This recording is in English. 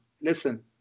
Listen